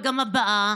וגם בשנה הבאה,